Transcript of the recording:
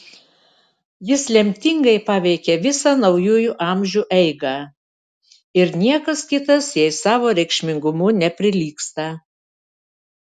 jis lemtingai paveikė visą naujųjų amžių eigą ir niekas kitas jai savo reikšmingumu neprilygsta